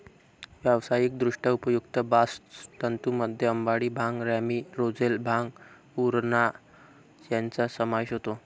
व्यावसायिकदृष्ट्या उपयुक्त बास्ट तंतूंमध्ये अंबाडी, भांग, रॅमी, रोझेल, भांग, उराणा यांचा समावेश होतो